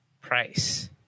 Price